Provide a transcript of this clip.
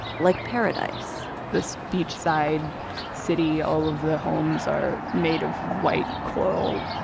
like paradise this beach-side city all of the homes are made of white coral.